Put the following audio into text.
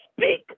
speak